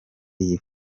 iyi